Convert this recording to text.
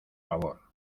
favor